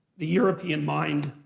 the european mind,